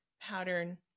pattern